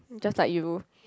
just like you